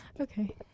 okay